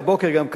והבוקר גם,